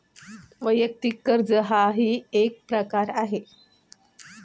वैयक्तिक कर्ज हाही एक प्रकार आहे